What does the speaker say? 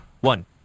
One